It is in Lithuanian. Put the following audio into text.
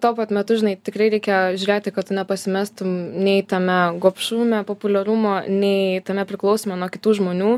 tuo pat metu žinai tikrai reikia žiūrėti kad nepasimestum nei tame gobšume populiarumo nei tame priklausome nuo kitų žmonių